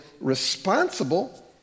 responsible